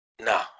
No